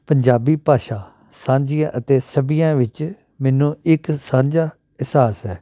ਪੰਜਾਬੀ ਭਾਸ਼ਾ ਸਾਂਝੀ ਅਤੇ ਸਭੀਆਂ ਵਿੱਚ ਮੈਨੂੰ ਇੱਕ ਸਾਂਝਾ ਅਹਿਸਾਸ ਹੈ